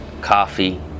coffee